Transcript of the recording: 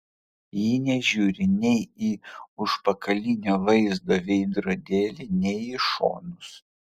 ji nežiūri nei į užpakalinio vaizdo veidrodėlį nei į šonus